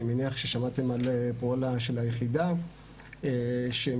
אני מניח ששמעתם על פועלה של היחידה שמתעסקת